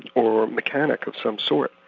or mechanic of some sort,